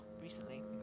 recently